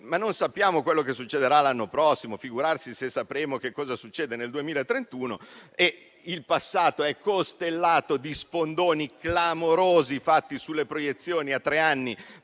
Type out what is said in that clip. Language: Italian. non sappiamo cosa succederà l'anno prossimo, figurarsi se sapremo che cosa succede nel 2031. Il passato è costellato di sfondoni clamorosi fatti sulle proiezioni a tre anni